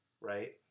right